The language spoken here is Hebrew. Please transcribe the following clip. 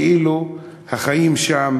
כאילו החיים שם